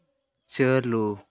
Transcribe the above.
ᱪᱟᱹᱞᱩ